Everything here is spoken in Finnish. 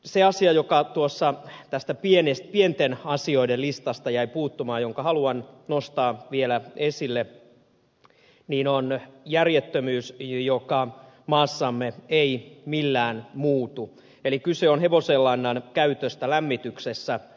se asia joka tästä pienten asioiden listasta jäi puuttumaan ja jonka haluan nostaa vielä esille on järjettömyys joka maassamme ei millään muutu eli kyse on hevosenlannan käytöstä lämmityksessä